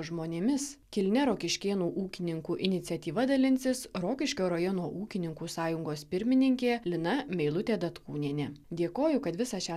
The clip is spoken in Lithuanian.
žmonėmis kilnia rokiškėnų ūkininkų iniciatyva dalinsis rokiškio rajono ūkininkų sąjungos pirmininkė lina meilutė datkūnienė dėkoju kad visą šią